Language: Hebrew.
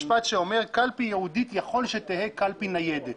משפט שאומר: קלפי ייעודית, יכול שתהא קלפי ניידת.